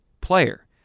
player